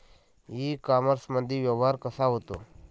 इ कामर्समंदी व्यवहार कसा होते?